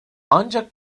ancak